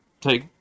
take